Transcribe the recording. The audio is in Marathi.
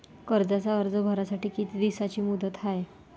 कर्जाचा अर्ज भरासाठी किती दिसाची मुदत हाय?